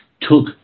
took